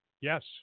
Yes